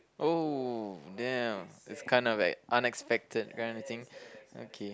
oh damn it's kinda like unexpected kind of thing okay